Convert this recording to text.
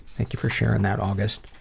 thank you for sharing that august.